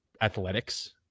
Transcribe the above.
athletics